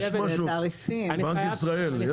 בנק ישראל,